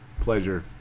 pleasure